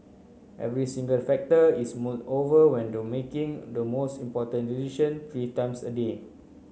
every single factor is mulled over when to making the most important decision three times a day